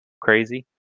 crazy